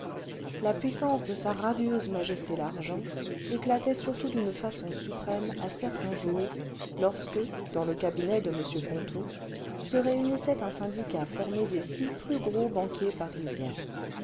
la puissance de sa radieuse majesté l'argent éclatait surtout d'une façon suprême à certains jours lorsque dans le cabinet de m ponto se réunissait un syndicat formé des six plus gros banquiers parisiens